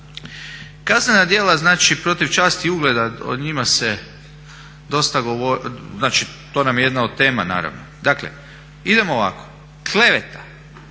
Kaznena djela znači protiv časti i ugleda, o njima se dosta govorilo, znači to nam je jedna od tema naravno. Dakle idemo ovako, kleveta